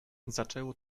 zaczęło